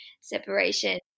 separation